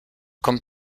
kommt